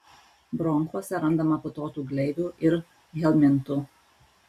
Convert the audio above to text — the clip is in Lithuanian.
bronchuose randama putotų gleivių ir helmintų